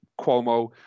Cuomo